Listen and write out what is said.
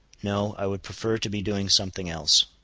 no, i would prefer to be doing something else.